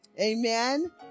Amen